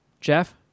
Jeff